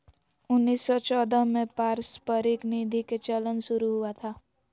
उन्नीस सौ चौदह में पारस्परिक निधि के चलन शुरू हुआ था